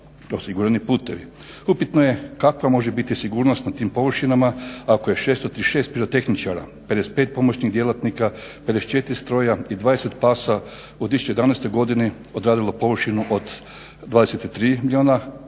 osigurani putevi. Upitno je kakva može biti sigurnost na tim površinama ako je 636 pirotehničara, 55 pomoćnih djelatnika, 54 stroja i 20 pasa u 2011. godini odradilo površinu od 23 milijuna metara